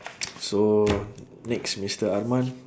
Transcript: so next mister arman